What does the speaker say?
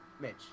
Mitch